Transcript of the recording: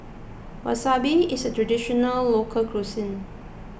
Wasabi is a Traditional Local Cuisine